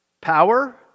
Power